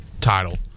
title